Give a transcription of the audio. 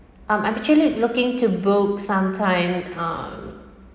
um I'm actually looking to book sometime um